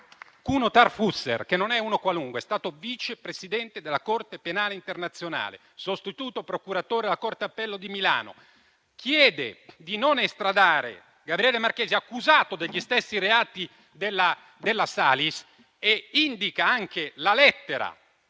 Cuno Tarfusser, che non è uno qualunque, ma è stato vice presidente della Corte penale internazionale e sostituto procuratore della corte d'appello di Milano, chiede di non estradare Gabriele Marchesi, accusato degli stessi reati della Salis, e indica anche la lettera